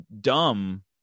dumb